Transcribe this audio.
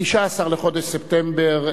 19 בחודש ספטמבר